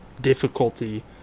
difficulty